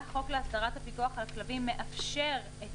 החוק להסדרת הפיקוח על כלבים מאפשר את